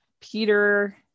Peter